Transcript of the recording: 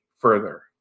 further